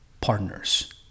partners